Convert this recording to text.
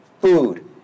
food